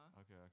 okay